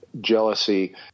jealousy